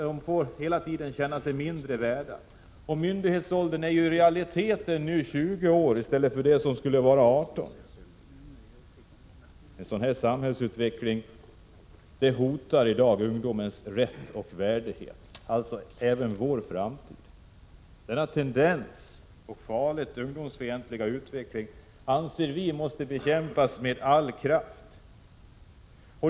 De får hela tiden känna sig mindre värda. Myndighetsåldern är nu i realiteten 20 år i En sådan här samhällsutveckling hotar ungdomens rätt och värdighet och alltså även vår framtid. Denna farliga, ungdomsfientliga tendens anser vi måste bekämpas med all kraft.